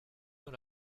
dans